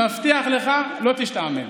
מבטיח לך, לא תשתעמם.